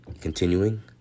continuing